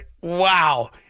Wow